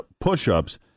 push-ups